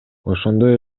ошондой